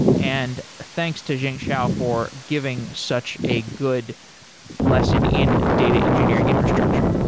and thanks to zhenxiao for giving such a good lesson in data engineering infrastructure